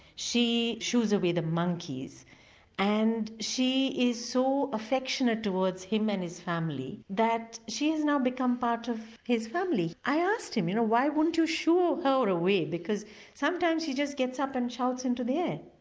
she shoos away the monkeys and she is so affectionate towards him and his family that she has now become part of his family. i asked him, you know why won't you shoo her and away because sometimes she just gets up and shouts into the air?